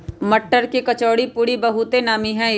मट्टर के कचौरीपूरी बहुते नामि हइ